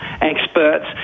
experts